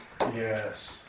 Yes